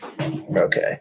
Okay